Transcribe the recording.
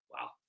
Wow